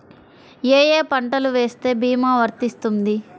ఏ ఏ పంటలు వేస్తే భీమా వర్తిస్తుంది?